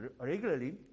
regularly